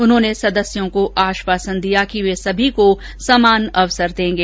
उन्होंने सदस्यों को आश्वासन दिया कि वे सभी को समान अवसर देंगे